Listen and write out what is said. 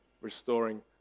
restoring